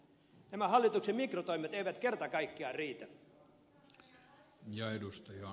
nämä hallituksen mikrotoimet eivät kerta kaikkiaan riitä